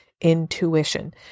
intuition